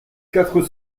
quatre